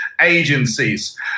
agencies